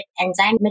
enzyme